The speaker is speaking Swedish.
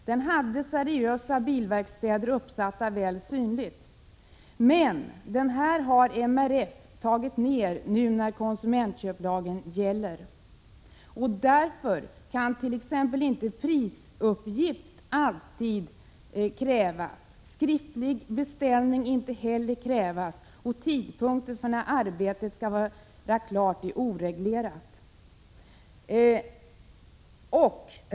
Den hade seriösa bilverkstäder uppsatt väl synlig, men den har MRF:s medlemmar tagit ned nu när konsumenttjänstlagen gäller. Därför kan t. ex inte alltid prisuppgift krävas, inte heller skriftlig beställning. Och tidpunkten för när ett arbete skall vara klart är oreglerad.